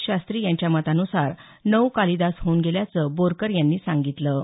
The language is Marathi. एस शास्त्री यांच्या मतानुसार नऊ कालिदास होऊन गेल्याचं बोरकर यांनी सांगितलं